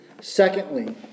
Secondly